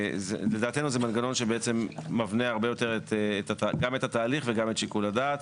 לדעתנו זה מנגנון שמבנה הרבה יותר גם את התהליך וגם את שיקול הדעת,